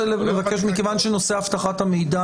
מכיוון שהנושא הוא אבטחת המידע,